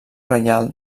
reial